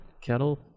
kettle